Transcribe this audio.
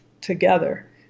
together